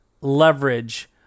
leverage